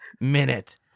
minute